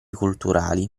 culturali